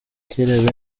kera